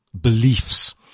beliefs